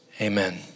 Amen